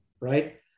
right